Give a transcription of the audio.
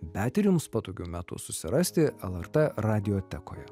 bet ir jums patogiu metu susirasti lrt radiotekoje